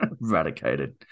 eradicated